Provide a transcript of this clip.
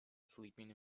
sleeping